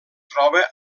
troba